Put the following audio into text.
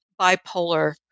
bipolar